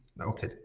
okay